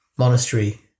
Monastery